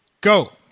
Go